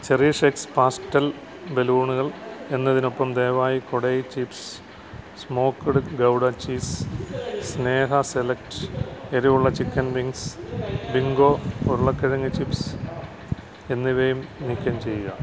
CherishX pastel ബലൂണുകൾ എന്നതിനൊപ്പം ദയവായി കൊടൈ ചീപ്സ് സ്മോക്ക്ഡ് ഗൗഡ ചീസ് സ്നേഹ സെലക്ട് എരിവുള്ള ചിക്കൻ വിംഗ്സ് ബിങ്കോ ഉരുളക്കിഴങ്ങ് ചിപ്സ് എന്നിവയും നീക്കം ചെയ്യുക